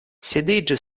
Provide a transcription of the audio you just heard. sidiĝu